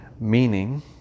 meaning